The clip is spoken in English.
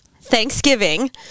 Thanksgiving